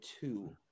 two